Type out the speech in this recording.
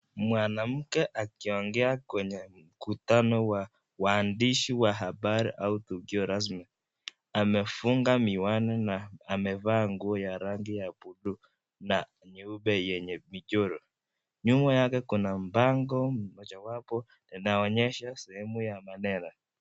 Mwanamke akiongea kwenye mkutano wa wandishi wa habari na tukio rasmi amefungua miwani na amefaa nguo ya rangi blue na nyeupe yenye michoro nyuma yake kuna mpango mojawapo inaonyesha sehemu ya mandera.